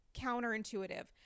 counterintuitive